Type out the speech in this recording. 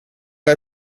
jag